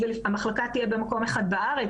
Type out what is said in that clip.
המחלקה תהיה במקום אחד בארץ,